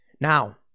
Now